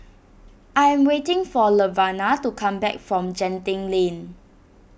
I am waiting for Laverna to come back from Genting Lane